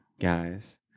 guys